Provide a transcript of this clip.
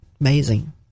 Amazing